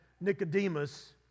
Nicodemus